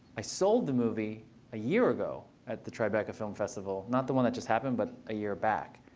i sold the movie a year ago at the tribeca film festival. not the one that just happened, but a year back.